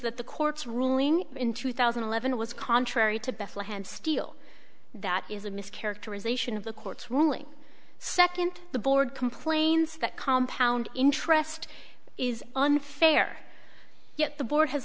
that the court's ruling in two thousand and eleven was contrary to bethlehem steel that is a mis characterization of the court's ruling second the board complains that compound interest is unfair yet the board has